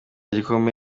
igikombe